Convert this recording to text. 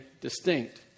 distinct